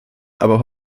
aber